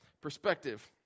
perspective